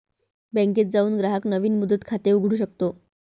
बँकेत जाऊन ग्राहक नवीन मुदत खाते उघडू शकतो